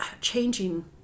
changing